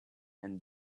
and